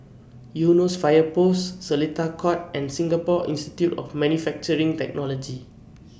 Eunos Fire Post Seletar Court and Singapore Institute of Manufacturing Technology